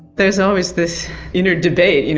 there's always this inner debate, you know,